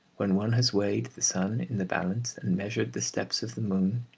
when one has weighed the sun in the balance, and measured the steps of the moon,